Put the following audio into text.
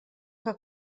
que